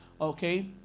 Okay